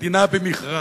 מדינה במכרז.